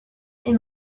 est